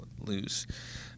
lose